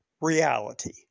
reality